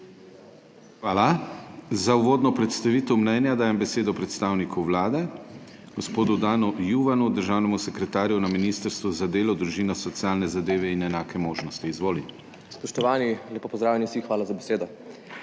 Hvala. Za uvodno predstavitev mnenja dajem besedo predstavniku Vlade, gospodu Dan Juvanu, državnemu sekretarju na Ministrstvu za delo, družino, socialne zadeve in enake možnosti. Izvoli. **DAN JUVAN (državni sekretar MDDSZ):**